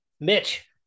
Mitch